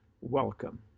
welcome